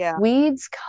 weeds